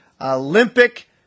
Olympic